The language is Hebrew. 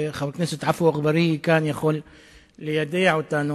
וחבר הכנסת עפו אגבאריה יכול ליידע אותנו,